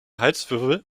halswirbel